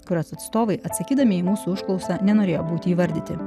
kurios atstovai atsakydami į mūsų užklausą nenorėjo būti įvardyti